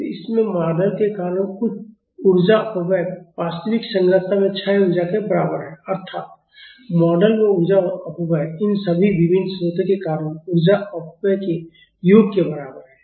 तो इसमें मॉडल के कारण ऊर्जा अपव्यय वास्तविक संरचना में क्षय ऊर्जा के बराबर है अर्थात् मॉडल में ऊर्जा अपव्यय इन सभी विभिन्न स्रोतों के कारण ऊर्जा अपव्यय के योग के बराबर है